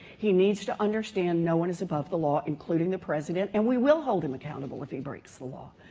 he needs to understand no one is above the law, including the president, and we will hold him accountable if he breaks the law.